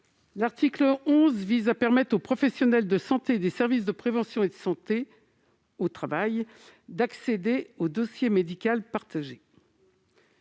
L'article 11 permet aux professionnels de santé des services de prévention et de santé au travail d'accéder au dossier médical partagé